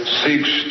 seeks